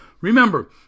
Remember